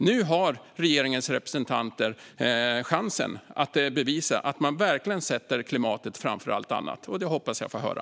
Nu har regeringens representanter chansen att bevisa att man verkligen sätter klimatet framför allt annat, och det hoppas jag få höra.